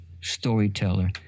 storyteller